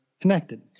connected